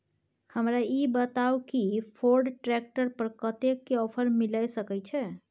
हमरा ई बताउ कि फोर्ड ट्रैक्टर पर कतेक के ऑफर मिलय सके छै?